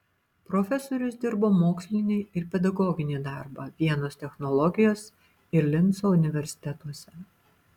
profesorius dirbo mokslinį ir pedagoginį darbą vienos technologijos ir linco universitetuose